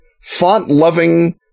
font-loving